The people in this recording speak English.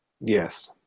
Yes